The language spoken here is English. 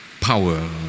power